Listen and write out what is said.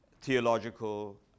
theological